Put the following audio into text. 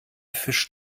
fisch